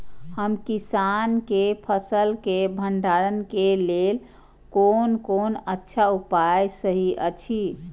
हम किसानके फसल के भंडारण के लेल कोन कोन अच्छा उपाय सहि अछि?